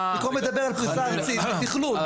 במקום לדבר על פריסה ארצית כתכלול.